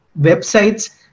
websites